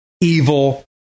evil